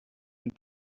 and